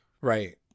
right